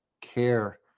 care